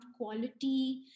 quality